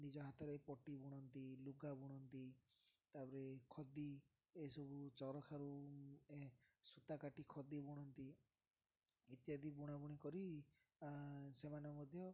ନିଜ ହାତରେ ପଟି ବୁଣନ୍ତି ଲୁଗା ବୁଣନ୍ତି ତାପରେ ଖଦି ଏସବୁ ଚରଖାରୁ ସୂତାକାଟି ଖଦି ବୁଣନ୍ତି ଇତ୍ୟାଦି ବୁଣା ବୁଣି କରି ସେମାନେ ମଧ୍ୟ